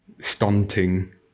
stunting